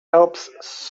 helps